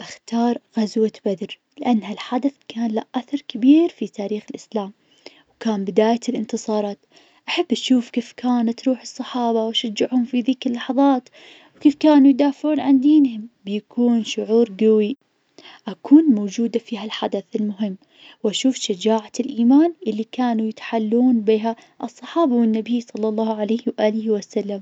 باختار غزوة بدر, لأن هالحادث كان له أثر كبير في تاريخ الإسلام, كان بداية الإنتصارات, أحب أشوف كيف كانت روح الصحابة, واشجعهم في ذيك اللحظات, كيف كانوا يدافعون عن دينهم, بيكون شعور قوي, أكون موجودة في هالحدث المهم, وأشوف شجاعة الإيمان اللي كانوا تيحلون بها الصحابة والنبي صلى الله عليه وسلم.